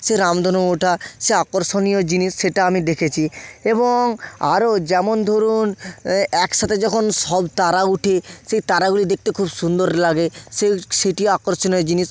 সে রামধনু ওঠা সে আকর্ষণীয় জিনিস সেটা আমি দেখেছি এবং আরও যেমন ধরুন একসাথে যখন সব তারা উঠে সেই তারাগুলি দেখতে খুব সুন্দর লাগে সে সেটিও আকর্ষণীয় জিনিস